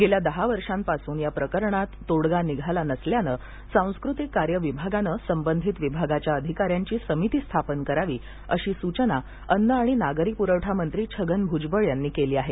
गेल्या दहा वर्षांपासून या प्रकरणात तोडगा निघाला नसल्याने सांस्कृतिक कार्य विभागाने संबंधित विभागाच्या अधिकाऱ्यांची समिती स्थापन करावी अशी सूचना अन्न आणि नागरी प्रवठा मंत्री छगन भुजबळ यांनी केली आहे